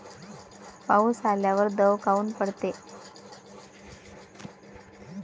पाऊस आल्यावर दव काऊन पडते?